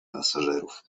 pasażerów